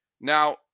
Now